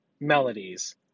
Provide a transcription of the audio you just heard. melodies